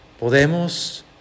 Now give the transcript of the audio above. podemos